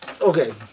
Okay